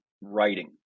writing